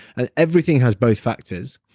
ah everything has both factors,